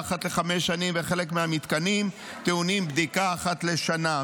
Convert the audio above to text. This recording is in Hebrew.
אחת לחמש שנים וחלק מהמתקנים טעונים בדיקה אחת לשנה.